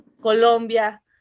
Colombia